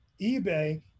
ebay